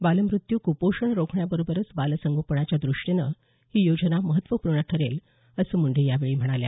बालमृत्यू कुपोषण रोखण्याबरोबरच बालसंगोपनाच्या दृष्टीनं ही योजना महत्त्वपूर्ण ठरेल असं मुंडे यावेळी म्हणाल्या